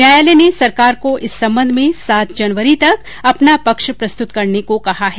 न्यायालय ने सरकार को इस संबंध में सात जनवरी तक अपना पक्ष प्रस्तुत करने को कहा है